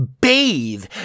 bathe